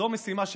זו משימה שלי.